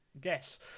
guess